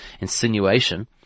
insinuation